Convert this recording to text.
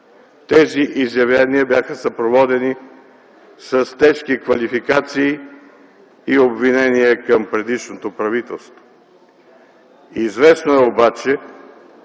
тези изявления бяха съпроводени с тежки квалификации и обвинения към предишното правителство. Известно е обаче,